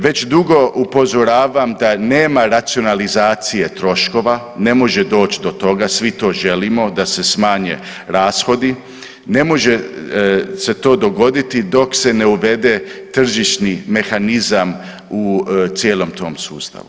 Već dugo upozoravam da nema racionalizacije troškova, ne može doć do toga, svi to želimo da se smanje rashodi, ne može se to dogoditi dok se ne uvede tržišni mehanizam u cijelom tom sustavu.